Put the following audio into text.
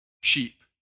sheep